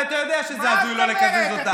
הרי אתה יודע שזה הזוי לא לקזז אותה.